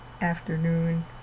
afternoon